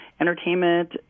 entertainment